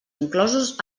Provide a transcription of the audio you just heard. inclosos